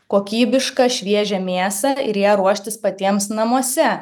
kokybišką šviežią mėsą ir ją ruoštis patiems namuose